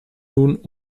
nun